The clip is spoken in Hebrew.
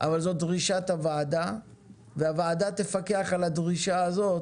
אבל זו דרישת הוועדה והוועדה תפקח על הדרישה הזאת,